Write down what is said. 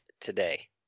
today